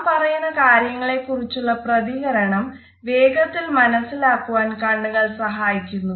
നാം പറയുന്ന കാര്യങ്ങളെ കുറിച്ചുള്ള പ്രതികരണം വേഗത്തിൽ മനസ്സിലാക്കുവാൻ കണ്ണുകൾ സഹായിക്കുന്നു